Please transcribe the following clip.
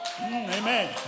Amen